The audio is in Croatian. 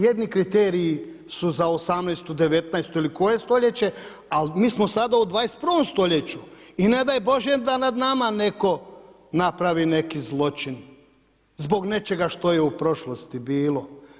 Jedni kriteriji su za 18., 19. ili koje stoljeće, al mi smo sada u 21. stoljeću i ne daj Bože da nad nama netko napravi neki zločin zbog nečega što je u prošlosti bilo.